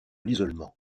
l’isolement